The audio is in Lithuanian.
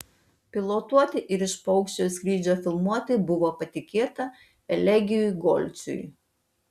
pilotuoti ir iš paukščio skrydžio filmuoti buvo patikėta elegijui golcui